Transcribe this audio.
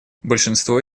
большинство